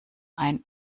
ein